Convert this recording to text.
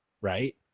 right